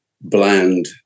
bland